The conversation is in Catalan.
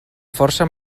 força